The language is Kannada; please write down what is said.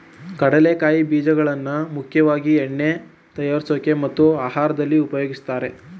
ಕಡಲೆಕಾಯಿ ಬೀಜಗಳನ್ನಾ ಮುಖ್ಯವಾಗಿ ಎಣ್ಣೆ ತಯಾರ್ಸೋಕೆ ಮತ್ತು ಆಹಾರ್ದಲ್ಲಿ ಉಪಯೋಗಿಸ್ತಾರೆ